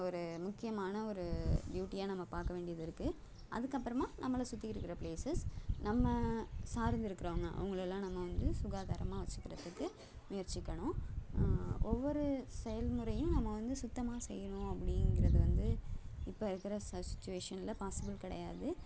ஒரு முக்கியமான ஒரு டூயூட்டியாக நம்ம பார்க்க வேண்டியது இருக்குது அதுக்கப்புறமாக நம்மளை சுற்றி இருக்கிற ப்ளேஸஸ் நம்ம சார்ந்திருக்கறவங்க அவங்களெல்லாம் நம்ம வந்து சுகாதாரமாக வச்சுக்கிறதுக்கு முயற்சிக்கணும் ஒவ்வொரு செயல்முறையும் நம்ம வந்து சுத்தமாக செய்யணும் அப்படிங்கிறது வந்து இப்போ இருக்கிற ச சுட்சுவேஷனில் பாசிபிள் கிடையாது